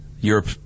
Europe